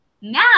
Now